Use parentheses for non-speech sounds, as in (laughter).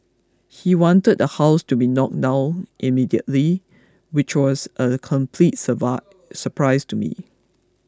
he wanted the house to be knocked down immediately which was a complete (unintelligible) surprise to me